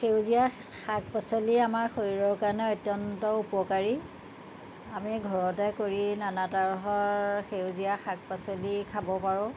সেউজীয়া শাক পাচলি আমাৰ শৰীৰৰ কাৰণে অত্যন্ত উপকাৰী আমি ঘৰতে কৰি নানা ধৰ সেউজীয়া শাক পাচলি খাব পাৰোঁ